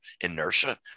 inertia